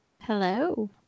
Hello